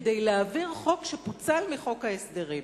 כדי להעביר חוק שפוצל מחוק ההסדרים.